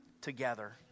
together